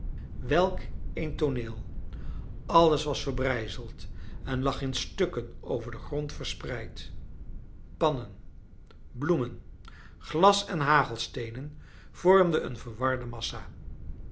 welk een tooneel alles was verbrijzeld en lag in stukken over den grond verspreid pannen bloemen glas en hagelsteenen vormden een verwarde massa